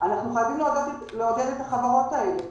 אנחנו חייבים לעודד את החברות האלה,